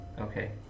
Okay